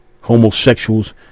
homosexuals